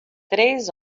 três